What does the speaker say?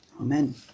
Amen